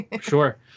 sure